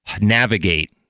navigate